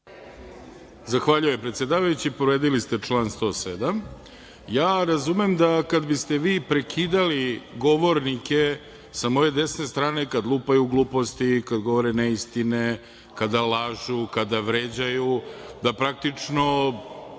Zahvaljujem, predsedavajući. Povredili ste član 107.Ja razumem da, kad biste vi prekidali govornike sa moje desne strane kad lupaju gluposti i kad govore neistine, kada lažu, kada vređaju, praktično